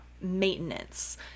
maintenance